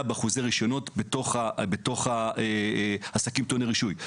באחוזי רישיונות בתוך העסקים טעוני הרישוי.